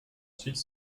ensuite